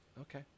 Okay